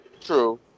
True